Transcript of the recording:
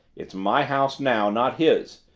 it's my house now, not his.